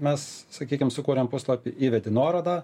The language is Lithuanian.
mes sakykim sukūrėm puslapį įvedi nuorodą